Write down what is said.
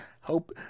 hope